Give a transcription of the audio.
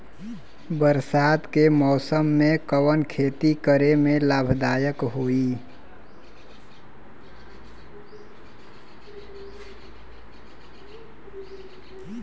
बरसात के मौसम में कवन खेती करे में लाभदायक होयी?